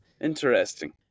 Interesting